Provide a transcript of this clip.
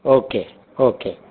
okay okay